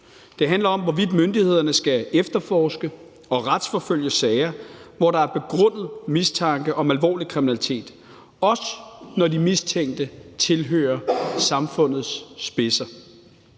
Det handler om, hvorvidt myndighederne skal efterforske og retsforfølge sager, hvor der er begrundet mistanke om alvorlig kriminalitet, også når de mistænkte tilhører samfundets spidser,